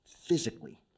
Physically